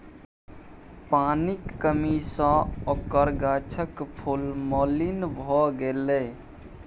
पानिक कमी सँ ओकर गाछक फूल मलिन भए गेलै